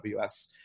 AWS